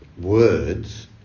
words